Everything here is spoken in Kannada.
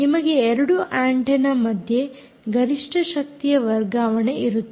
ನಿಮಗೆ 2 ಆಂಟೆನ್ನ ಮಧ್ಯೆ ಗರಿಷ್ಠ ಶಕ್ತಿಯ ವರ್ಗಾವಣೆ ಇರುತ್ತದೆ